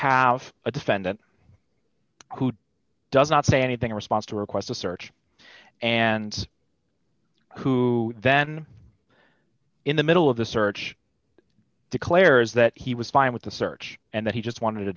have a defendant who does not say anything response to requests to search and who then in the middle of the search declares that he was fine with the search and that he just wanted a